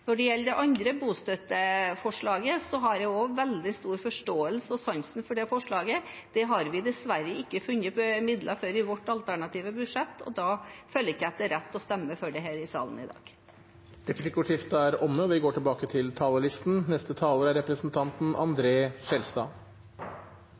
Når det gjelder det andre bostøtteforslaget, har jeg veldig stor forståelse for og sansen også for det forslaget. Det har vi dessverre ikke funnet midler til i vårt alternative budsjett, og da føler jeg ikke det er rett å stemme for det her i salen i dag. Replikkordskiftet er omme.